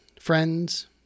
friends